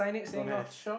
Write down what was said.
don't have